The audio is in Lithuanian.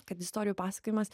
kad istorijų pasakojimas